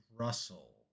Russell